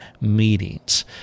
meetings